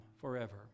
forever